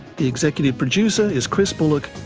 the executive producer is chris bullock,